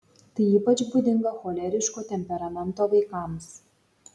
tai ypač būdinga choleriško temperamento vaikams